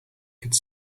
could